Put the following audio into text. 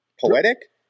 poetic